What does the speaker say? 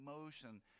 emotion